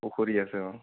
পুখুৰী আছে অ